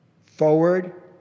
Forward